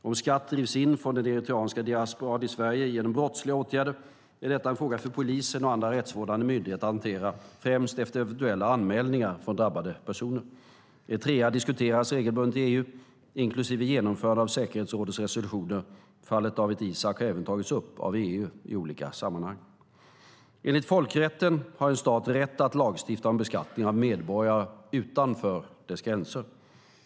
Om skatt drivs in från den eritreanska diasporan i Sverige genom brottsliga åtgärder är detta en fråga för polisen och andra rättsvårdande myndigheter att hantera, främst efter eventuella anmälningar från drabbade personer. Eritrea diskuteras regelbundet i EU, inklusive genomförande av säkerhetsrådets resolutioner. Fallet Dawit Isaak har även tagits upp av EU i olika sammanhang. Enligt folkrätten har en stat rätt att lagstifta om beskattning av medborgare utanför dess gränser.